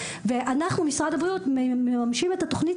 ואנחנו משרד הבריאות מממשים את התוכנית